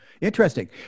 interesting